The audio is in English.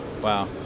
wow